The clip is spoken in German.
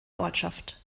ortschaft